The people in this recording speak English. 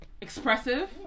expressive